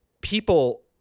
people